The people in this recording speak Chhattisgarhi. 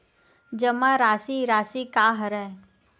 जमा राशि राशि का हरय?